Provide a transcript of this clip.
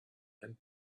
and